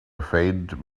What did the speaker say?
faint